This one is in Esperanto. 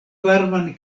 varman